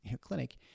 clinic